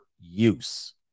use